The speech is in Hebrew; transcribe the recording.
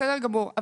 בסדר גמור.